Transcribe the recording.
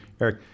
Eric